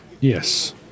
Yes